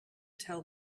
tell